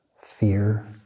fear